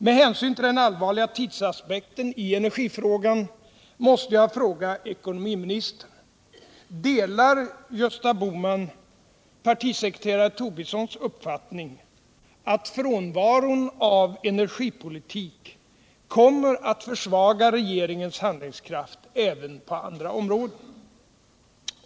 Med hänsyn till den allvarliga tidsaspekten i energifrågan måste jag fråga ekonomiministern: Delar Gösta Bohman partisekreterare Tobissons uppfattning att frånvaron av energipolitik kommer att försvaga regeringens handlingskraft även på andra områden?